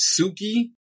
Suki